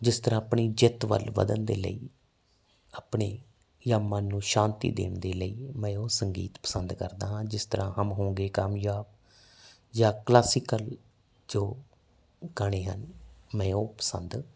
ਜਿਸ ਤਰ੍ਹਾਂ ਆਪਣੀ ਜਿੱਤ ਵੱਲ ਵੱਧਣ ਦੇ ਲਈ ਆਪਣੀ ਜਾਂ ਮਨ ਨੂੰ ਸ਼ਾਂਤੀ ਦੇਣ ਦੇ ਲਈ ਮੈਂ ਉਹ ਸੰਗੀਤ ਪਸੰਦ ਕਰਦਾ ਹਾਂ ਜਿਸ ਤਰ੍ਹਾਂ ਹਮ ਹੋਗੇ ਕਾਮਯਾਬ ਜਾਂ ਕਲਾਸੀਕਲ ਜੋ ਗਾਣੇ ਹਨ ਮੈਂ ਉਹ ਪਸੰਦ